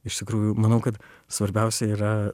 iš tikrųjų manau kad svarbiausia yra